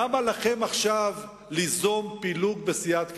למה לכם עכשיו ליזום פילוג בסיעת קדימה?